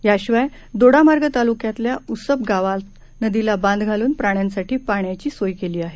याशिवाय दोडामार्ग तालुक्यातल्या उसप गावात नदीला बांध घालून प्राण्यांसाठी पाण्याची सोय केली आहे